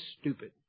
stupid